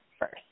first